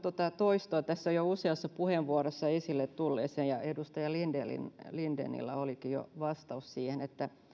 toistoa tässä jo useassa puheenvuorossa esille tulleeseen ja edustaja lindenillä olikin jo vastaus siihen